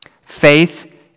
Faith